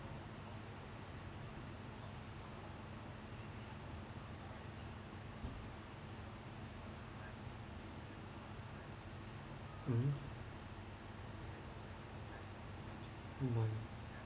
mm mm